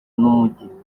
n’umujyi